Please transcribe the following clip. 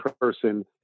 person